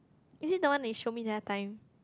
is it the one that you show me the other time